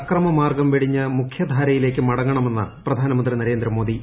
അക്രമമാർഗ്ഗം വെടിഞ്ഞ് മുഖ്യധാരയിലേക്ക് മടങ്ങണമെന്ന് പ്രധാനമന്ത്രി നരേന്ദ്രമോദി